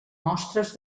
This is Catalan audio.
mostres